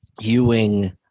Ewing